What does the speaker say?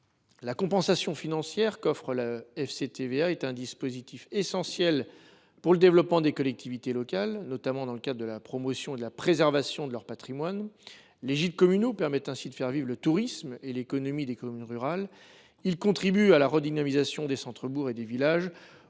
La compensation financière qu’offre le FCTVA est essentielle au développement des collectivités locales, notamment dans le cadre de la promotion et de la préservation de leur patrimoine. En effet, les gîtes communaux permettent de faire vivre le tourisme et l’économie des communes rurales ; ils contribuent aussi à la redynamisation des centres bourgs et des villages,